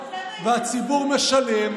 והציבור משלם.